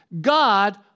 God